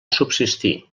subsistir